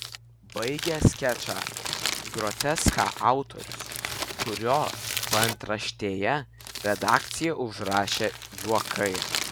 baigia skečą groteską autorius kurio paantraštėje redakcija užrašė juokai